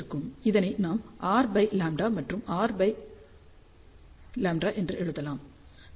இதனை நாம் rλ மற்றும் rλ என எழுதலாம்